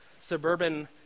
suburban